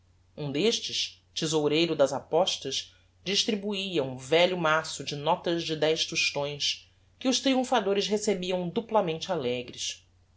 um destes thesoureiro das apostas distribuia um velho maço de notas de dez tostões que os triumphadores recebiam duplamente alegres